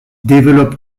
développe